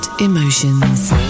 emotions